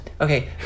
Okay